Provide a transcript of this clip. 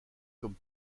comme